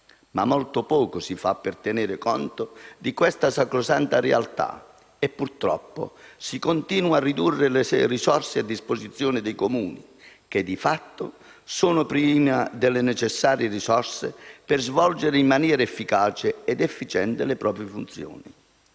Ma molto poco si fa per tenere conto di questa sacrosanta realtà e, purtroppo, si continuano a ridurre le risorse a disposizione dei Comuni che, di fatto, sono privati delle necessarie risorse per svolgere in maniera efficace ed efficiente le proprie funzioni.